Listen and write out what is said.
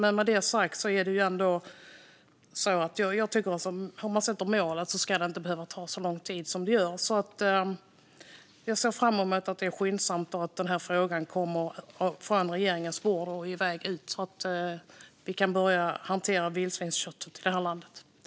Med detta sagt tycker jag ändå att om man sätter målet ska det inte behöva ta så lång tid som det gör. Jag ser fram emot att det sker skyndsamt och att denna fråga kommer från regeringens bord och iväg ut så att vi kan börja hantera vildsvinsköttet i det här landet.